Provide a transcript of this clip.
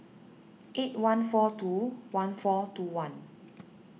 eight one four two one four two one